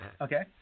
okay